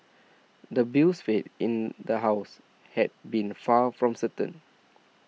the bill's fate in the House had been far from certain